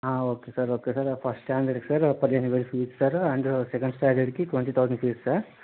okay sir okay sir first standard కి పదిహేనువేలు fees sir and second standard కి twenty thousand fees sir